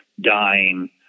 dying